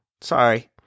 Sorry